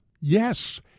Yes